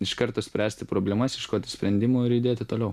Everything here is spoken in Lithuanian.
iš karto spręsti problemas ieškoti sprendimų ir judėti toliau